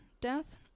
death